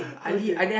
okay